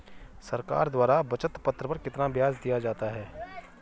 सरकार द्वारा बचत पत्र पर कितना ब्याज दिया जाता है?